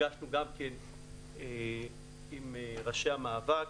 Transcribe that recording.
נפגשנו גם כן עם ראשי המאבק,